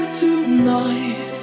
tonight